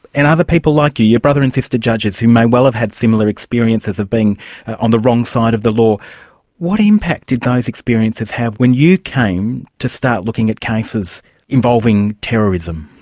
and other people like you, your brother and sister judges who may well have had similar experiences of being on the wrong side of the law what impact did those experiences have when you came to start looking at cases involving terrorism?